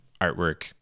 artwork